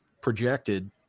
projected